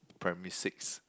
primary six